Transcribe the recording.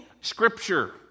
scripture